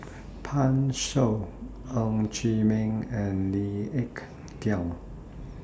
Pan Shou Ng Chee Meng and Lee Ek Tieng